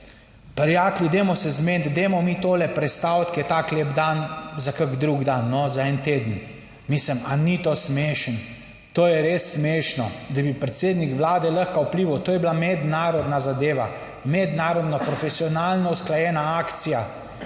prijatelji, dajmo se zmeniti, dajmo mi to prestaviti, ki je tako lep dan, za kak drug dan, za en teden. Mislim, a ni to smešno? To je res smešno, da bi predsednik Vlade lahko vplival. To je bila mednarodna zadeva, mednarodno profesionalno usklajena akcija,